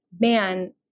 man